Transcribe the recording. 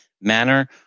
manner